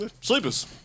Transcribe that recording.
Sleepers